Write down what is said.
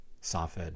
Safed